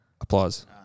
Applause